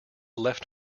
left